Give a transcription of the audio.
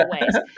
ways